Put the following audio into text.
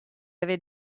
avez